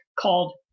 called